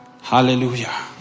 Hallelujah